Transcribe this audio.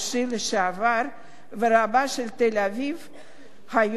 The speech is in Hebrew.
ורבה של תל-אביב היום, ישראל מאיר לאו.